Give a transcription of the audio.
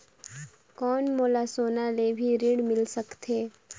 कौन मोला सोना ले भी ऋण मिल सकथे?